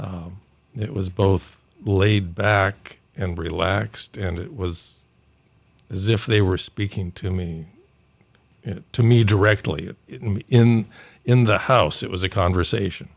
heard it was both laid back and relaxed and it was as if they were speaking to me to me directly in in the house it was a conversation